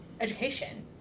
education